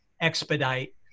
expedite